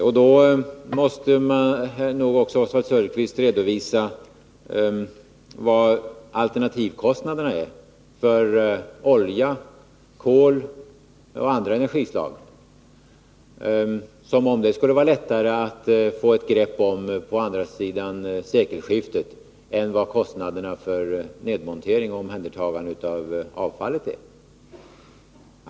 Oswald Söderqvist måste nog också redovisa de alternativa kostnaderna för olja, kol och andra energislag — som om de skulle vara lättare att få ett grepp om på andra sidan sekelskiftet än om kostnaderna för nedmontering och omhändertagande av avfallet.